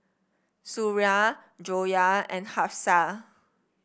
Suria Joyah and Hafsa